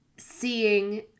Seeing